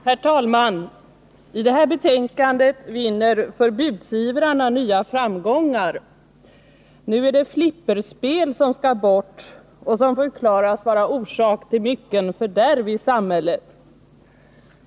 Herr talman! I det här betänkandet vinner förbudsivrarna nya framgångar. Nu är det flipperspel som skall bort och som förklaras vara orsak till mycket fördärv i samhället.